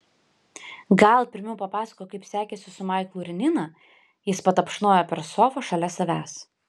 gal pirmiau papasakok kaip sekėsi su maiklu ir nina jis patapšnojo per sofą šalia savęs